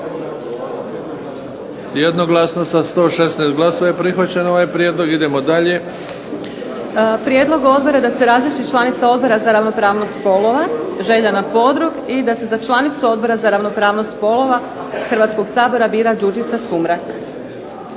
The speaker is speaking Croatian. Jednoglasno sa 116 glasova je prihvaćen ovaj prijedlog. Idemo dalje. **Majdenić, Nevenka (HDZ)** Prijedlog odbora je da se razriješi članica Odbora za ravnopravnost spolova Željana Podrug i da se za članicu Odbora za ravnopravnost spolova Hrvatskog sabora bira Đurđica Sumrak.